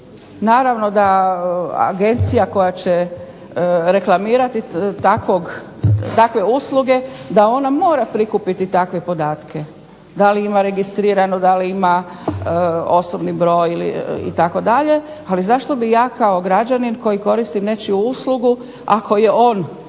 Naravno da agencija koja će reklamirati takve usluge da ona mora prikupiti takve podatke, da li ima registriranu, da li ima osobni broj itd., ali zašto bi ja kao građanin koji koristi nečiju uslugu, ako je on i